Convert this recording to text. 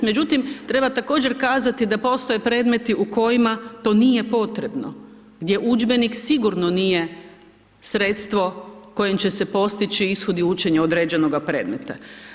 Međutim, treba također kazati da postoje predmeti u kojima to nije potrebno gdje udžbenik sigurno nije sredstvo kojim će se postići ishodi učenja određenoga predmeta.